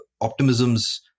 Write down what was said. optimisms